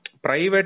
Private